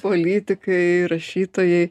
politikai rašytojai